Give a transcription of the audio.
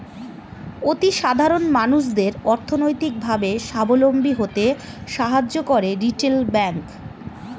অতি সাধারণ মানুষদের অর্থনৈতিক ভাবে সাবলম্বী হতে সাহায্য করে রিটেল ব্যাংক